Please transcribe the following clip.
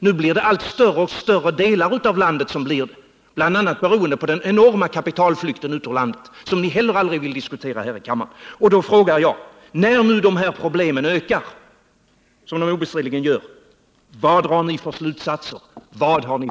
Nu blir allt större delar av landet berörda, bl.a. beroende på den enorma kapitalflykt ut ur landet som ni heller aldrig vill diskutera här i kammaren. Då frågar jag: När dessa problem ökar — vilket de obestridligen gör — vilka slutsatser drar ni?